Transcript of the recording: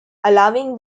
allowing